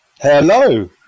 hello